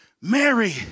Mary